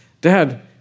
Dad